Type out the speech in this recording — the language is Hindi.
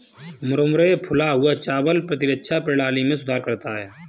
मुरमुरे फूला हुआ चावल प्रतिरक्षा प्रणाली में सुधार करता है